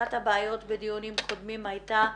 אחת הבעיות בדיונים קודמים הייתה,